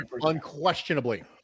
Unquestionably